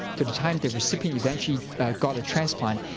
to the time the recipient eventually got a transplant,